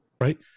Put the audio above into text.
Right